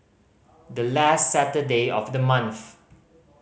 the last Saturday of the month